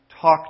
talk